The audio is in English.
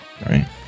right